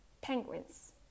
penguins